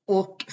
och